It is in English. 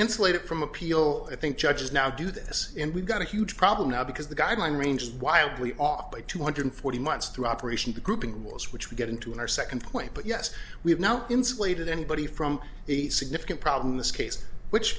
insulate it from appeal i think judges now do this and we've got a huge problem now because the guideline range is wildly off by two hundred forty months through operation the grouping rules which we get into in our second point but yes we have now insulated anybody from the significant problem in this case which